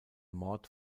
mord